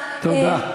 תודה.